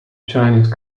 chinese